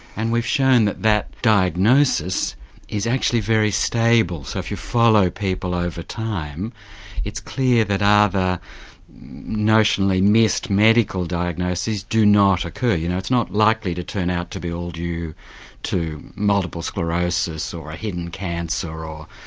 and we've shown that that diagnosis is actually very stable, so if you follow people over time it's clear that other notionally missed medical diagnoses do not occur. you know, it's not likely to turn out to be all due to multiple sclerosis, or a hidden cancer, or.